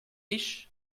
riches